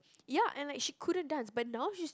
ya and like she couldn't dance but now she's